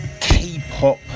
K-pop